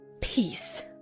Peace